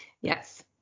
Yes